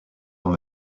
dans